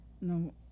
No